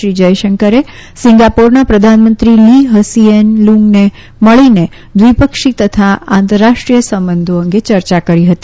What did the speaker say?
શ્રી જયશંકરે સિંગાપોરના પ્રધાનમંત્રી લી હસીએન લુંગને મળીને દ્વિપક્ષી તથા આંતરરાષ્ટ્રીય સંબંધો અંગે ચર્યા કરી હતી